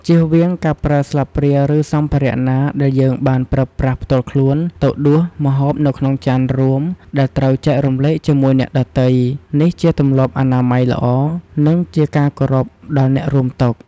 ជៀសវាងការប្រើស្លាបព្រា ឬសម្ភារៈណាដែលយើងបានប្រើប្រាស់ផ្ទាល់ខ្លួនទៅដួសម្ហូបនៅក្នុងចានរួមដែលត្រូវចែករំលែកជាមួយអ្នកដទៃ នេះជាទម្លាប់អនាម័យល្អ និងជាការគោរពដល់អ្នករួមតុ។